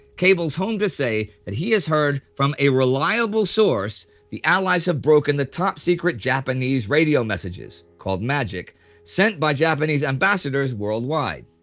cables home to say that he has heard from a reliable source the allies have broken the top secret japanese radio messages called magic sent by the japanese ambassadors worldwide.